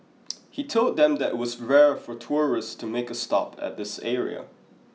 he told them that was rare for tourists to make a stop at this area